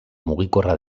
mugikorra